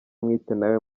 mwitenawe